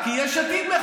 על החוק